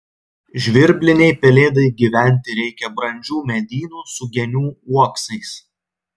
žvirblinei pelėdai gyventi reikia brandžių medynų su genių uoksais